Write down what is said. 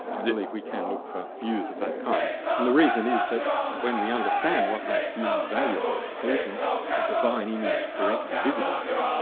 i believe we can look for views of that and the reason is that when we understand what makes humans valuable, there isn't a divine image directly visible in there.